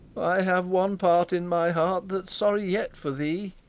i have one part in my heart that's sorry yet for thee.